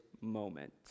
moment